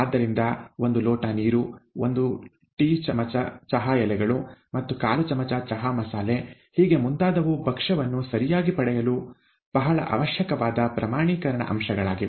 ಆದ್ದರಿಂದ ಒಂದು ಲೋಟ ನೀರು ಒಂದು ಟೀ ಚಮಚ ಚಹಾ ಎಲೆಗಳು ಮತ್ತು ಕಾಲು ಚಮಚ ಚಹಾ ಮಸಾಲೆ ಹೀಗೆ ಮುಂತಾದವು ಭಕ್ಷ್ಯವನ್ನು ಸರಿಯಾಗಿ ಪಡೆಯಲು ಬಹಳ ಅವಶ್ಯಕವಾದ ಪ್ರಮಾಣೀಕರಣ ಅಂಶಗಳಾಗಿವೆ